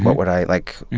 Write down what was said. what would i like,